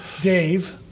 Dave